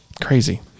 Crazy